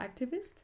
activist